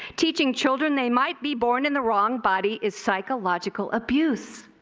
teaching children they might be born in the wrong body is psychological abuse.